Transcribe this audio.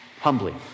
humbly